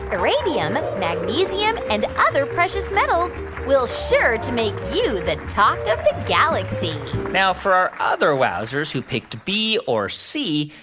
uranium, and magnesium and other precious metals will sure to make you the talk of the galaxy now, for our other wowzers who picked b or c,